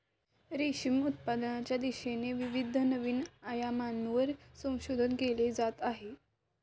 रेशीम उत्पादनाच्या दिशेने विविध नवीन आयामांवर संशोधन केले जात आहे